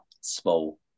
small